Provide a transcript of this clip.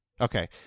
Okay